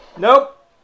Nope